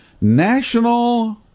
National